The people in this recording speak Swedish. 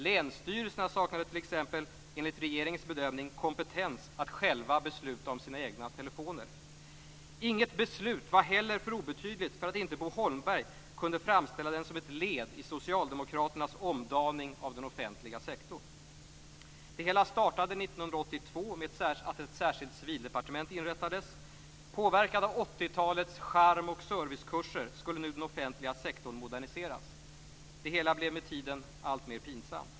Länsstyrelserna saknade t.ex., enligt regeringens bedömning, kompetens att själva besluta om sina egna telefoner. Inget beslut var heller för obetydligt för att inte Bo Holmberg kunde framställa det som ett led i socialdemokraternas omdaning av den offentliga sektorn. Det hela startade 1982 med att ett särskilt civildepartement inrättades. Påverkad av 80-talets charmoch servicekurser skulle nu den offentliga sektorn moderniseras. Det hela blev med tiden alltmer pinsamt.